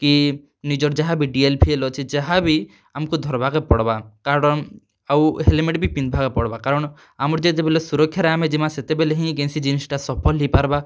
କି ନିଜର୍ ଯାହା ଭି ଡ଼ିଏଲ୍ଫିଏଲ୍ ଅଛେ ଯାହା ଭି ଆମ୍କୁ ଧର୍ବାକେ ପଡ଼୍ବା କାରଣ୍ ଆଉ ହେଲ୍ମେଟ୍ ଭି ପିନ୍ଧ୍ବାକେ ପଡ଼୍ବା କାରଣ୍ ଆମର୍ ଯେତେବେଲେ ସୁରକ୍ଷାରେ ଆମେ ଯିମା ସେତେବେଲେ ହିଁ କେନ୍ସି ଜିନିଷ୍ଟା ସଫଲ୍ ହେଇପାର୍ବା